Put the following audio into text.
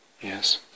Yes